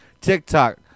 tiktok